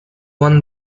won